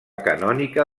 canònica